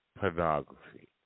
pornography